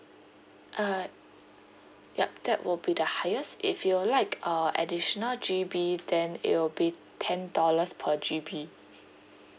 uh yup that will be the highest if you would like uh additional G_B then it will be ten dollars per G_B